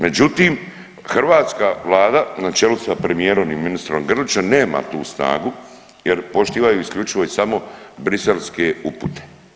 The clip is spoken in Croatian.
Međutim, hrvatska vlada na čelu sa premijerom i ministrom Grlićem nema tu snagu jer poštivaju isključivo i samo briselske upute.